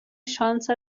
شانس